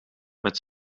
met